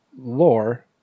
lore